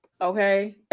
Okay